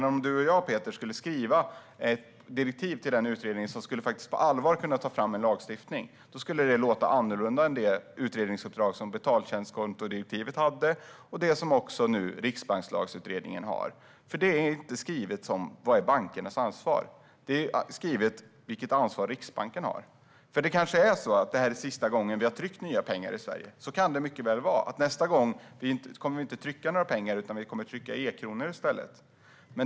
Om du och jag, Peter, skulle skriva ett direktiv till en utredning som på allvar skulle kunna ta fram ett förslag till lagstiftning skulle det låta annorlunda än det utredningsuppdrag som betaltjänstkontodirektivet hade och som nu också Riksbankslagsutredningen har, för det uppdraget handlar inte om vad som är bankernas ansvar. Det handlar i stället om vilket ansvar Riksbanken har. Kanske är det nu sista gången vi har tryckt nya pengar i Sverige. Så kan det mycket väl vara. Nästa gång kommer vi kanske inte att trycka pengar, utan vi kommer att ge ut e-kronor i stället.